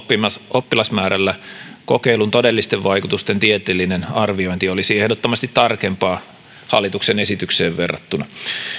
oppilasmäärällä kokeilun todellisten vaikutusten tieteellinen arviointi olisi ehdottomasti tarkempaa hallituksen esitykseen verrattuna